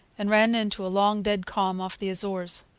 and ran into a long, dead calm off the azores.